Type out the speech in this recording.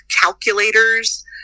calculators